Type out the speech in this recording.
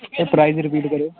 sir price repeat ਕਰਿਓ